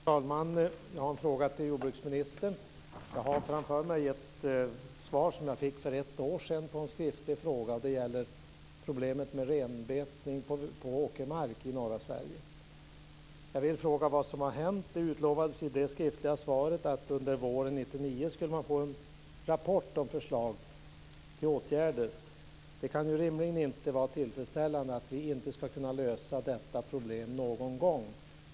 Fru talman! Jag har en fråga till jordbruksministern. Jag har framför mig ett svar som jag fick för ett år sedan på en skriftlig fråga. Det gäller problemet med renbetning på åkermark i norra Sverige. Jag vill fråga vad som har hänt. Det utlovades i det skriftliga svaret att man under våren 1999 skulle få en rapport med förslag till åtgärder. Det kan rimligen inte vara tillfredsställande att vi inte ska kunna lösa detta problem någon gång.